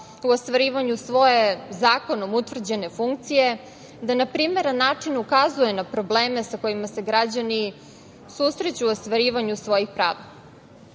da ostvarivanjem svoje zakonom utvrđene funkcije da na primeran način ukazuje na probleme sa kojima se građani susreću u ostvarivanju svojih